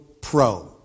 pro